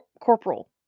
corporal